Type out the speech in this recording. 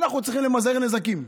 אנחנו צריכים למזער נזקים,